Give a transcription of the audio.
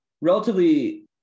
relatively